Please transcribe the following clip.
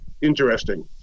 interesting